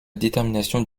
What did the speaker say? détermination